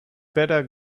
better